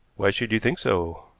why should you think so?